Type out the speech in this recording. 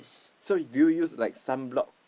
so do you use like sunblock